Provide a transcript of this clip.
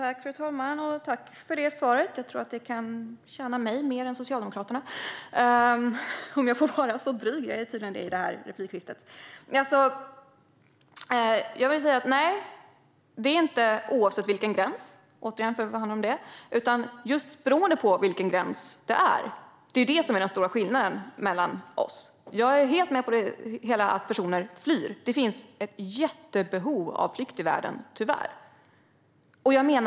Fru talman! Tack för svaret, Carina Ohlsson! Jag tror att det kan tjäna mig mer än Socialdemokraterna, om jag får vara så dryg. Jag är tydligen det i det här replikskiftet. Nej, det är inte detsamma oavsett vilken gräns det handlar om. Tvärtom beror den stora skillnaden just på vilken gräns det handlar om. Det är den stora skillnaden mellan oss. Jag är helt med på att personer flyr. Det finns ett jättebehov av flykt i världen, tyvärr.